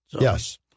Yes